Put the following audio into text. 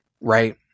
right